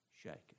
shaken